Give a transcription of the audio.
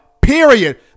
period